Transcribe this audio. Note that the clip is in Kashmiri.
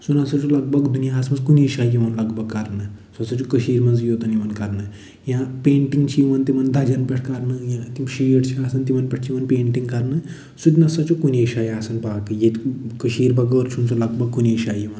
سُہ نسا چھُنہٕ لَگ بھگ دُنیاہَس منٛز کُنی شایہِ یِوان لَگ بھگ کَرنہٕ سُہ ہسا چھُ کٔشیٖر منٛزٕے یوٚتن یِوان کَرنہٕ یا پینٹِنٛگ چھِ یِوان تِمَن دَجٮ۪ن پٮ۪ٹھ کَرنہٕ یا تِم شیٖٹ چھِ آسان تِمَن پٮ۪ٹھ چھُ یِوان پینٹِنٛگ کَرنہٕ سُہ تہِ نسا چھُنہٕ کُنی شایہِ آسان ییٚتہِ کٔشیٖر بَغٲر چھُنہٕ سُہ لگ بھگ کُنی شایہِ یِوان